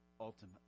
ultimately